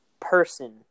person